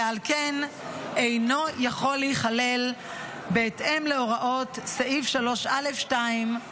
ועל כן אינו יכול להיכלל בהתאם להוראות סעיף 3(א)(2)